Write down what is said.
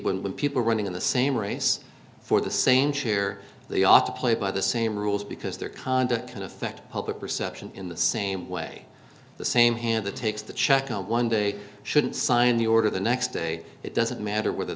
and people running in the same race for the same chair they ought to play by the same rules because their conduct can affect public perception in the same way the same hand that takes the check out one day shouldn't sign the order the next day it doesn't matter whether